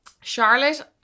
Charlotte